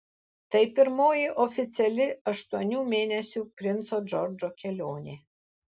tai pirmoji oficiali aštuonių mėnesių princo džordžo kelionė